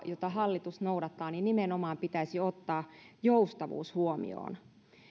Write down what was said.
jota hallitus noudattaa nimenomaan pitäisi ottaa joustavuus huomioon